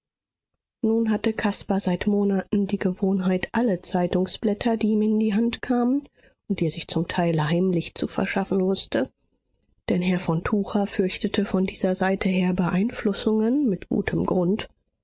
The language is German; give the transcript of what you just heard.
nun hatte caspar seit monaten die gewohnheit alle zeitungsblätter die ihm in die hand kamen und die er sich zum teil heimlich zu verschaffen wußte denn herr von tucher fürchtete von dieser seite her beeinflussungen mit gutem grund